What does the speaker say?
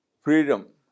freedom